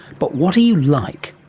but what are you like?